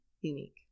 unique